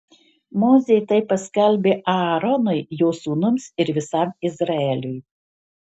mozė tai paskelbė aaronui jo sūnums ir visam izraeliui